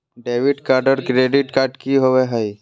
Debit card और credit card की होवे हय?